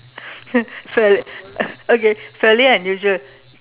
fair~ fairly uh okay fairly unusual